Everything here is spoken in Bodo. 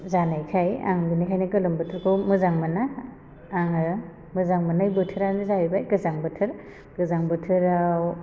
जानायखाय आं बिनिखायनो गोलोम बोथोरखौ मोजां मोना आङो मोजां मोन्नाय बोथोरानो जाहैबाय गोजां बोथोर गोजां बोथोराव